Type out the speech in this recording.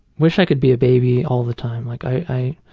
wish i could be a baby all the time. like i